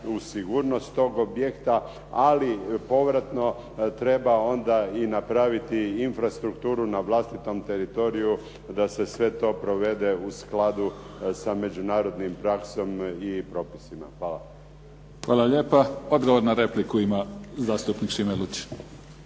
u sigurnost toga objekta. Ali povratno treba onda i napraviti infrastrukturu na vlastitom teritoriju da se to sve provede u skladu sa međunarodnom praksom i propisima. Hvala. **Mimica, Neven (SDP)** Hvala lijepa. Odgovor na repliku ima zastupnik Šime Lučin.